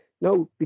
no